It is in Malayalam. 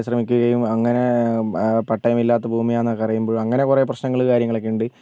ശ്രമിക്കുകയും അങ്ങനെ പട്ടയം ഇല്ലാത്ത ഭൂമിയാണെന്നൊക്കെ അറിയുമ്പോൾ അങ്ങനെ കുറേ പ്രശനങ്ങൾ കാര്യങ്ങളൊക്കെ ഉണ്ട്